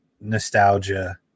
nostalgia